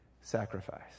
sacrifice